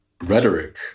rhetoric